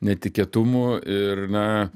netikėtumų ir na